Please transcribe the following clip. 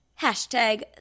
Hashtag